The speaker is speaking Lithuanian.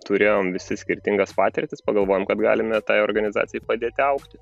turėjom visi skirtingas patirtis pagalvojom kad galime tai organizacijai padėti augti